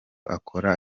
akora